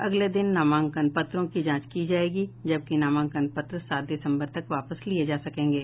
अगले दिन नामांकन पत्रों की जांच की जायेगी जबकि नामांकन पत्र सात दिसंबर तक वापस लिये जा सकेंगे